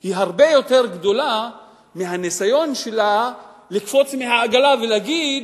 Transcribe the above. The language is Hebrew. היא הרבה יותר גדולה מהניסיון שלה לקפוץ מהעגלה ולהגיד: